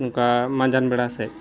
ᱚᱱᱠᱟ ᱢᱟᱸᱡᱟᱱᱵᱮᱲᱟ ᱥᱮᱫ